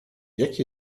jaki